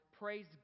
Praise